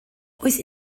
oes